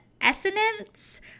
Essence